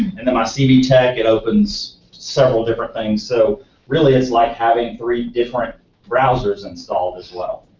and then my cvtech, it opens several different things. so really it's like having three different browsers installed as well.